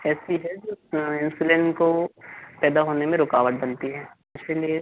ऐसी है जो इंसुलिन को पैदा होने में रुकावट बनती हैं इसीलिए